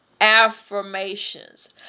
affirmations